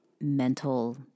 mental